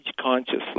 consciously